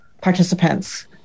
participants